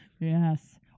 Yes